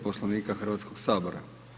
Poslovnika Hrvatskoga sabora.